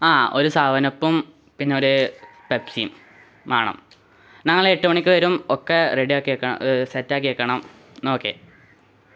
ആ ഒരു സെവനപ്പും പിന്നെ ഒരു പെപ്സിയും മാണം ഞങ്ങള് എട്ടുമണിക്ക് വരും ഒക്കെ റെഡിയാക്കി സെറ്റാക്കി വയ്ക്കണം എന്നാല് ഓക്കേ